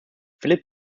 philip